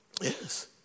Yes